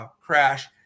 Crash